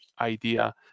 idea